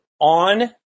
on